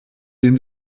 den